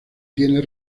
tiene